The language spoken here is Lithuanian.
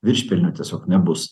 viršpelnių tiesiog nebus